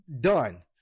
done